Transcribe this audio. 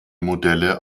modelle